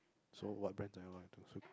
so what brands are you loyal to so